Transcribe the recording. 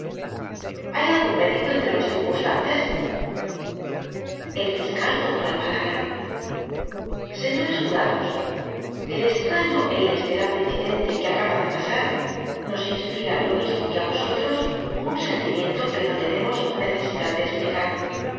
hay algun médico entre los circunstantes el fiscal tomó la palabra señores jurados el estraño é inesperado incidente que acaba de pasar nos inspira lo mismo que á vosotros un sentimiento que no tenemos necesidad de esplicar